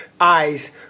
eyes